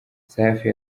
safi